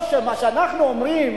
או שמה שאנחנו אומרים,